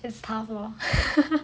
is tough lor